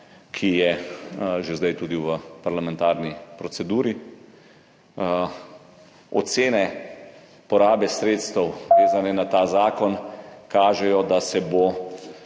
ki je zdaj že tudi v parlamentarni proceduri. Ocene porabe sredstev, vezane na ta zakon, kažejo, da se bo